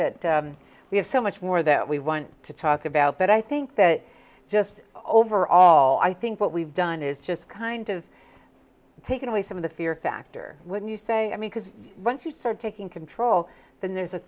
that we have so much more that we want to talk about but i think that just overall i think what we've done is just kind of taking away some of the fear factor when you say i mean because once you start taking control then there's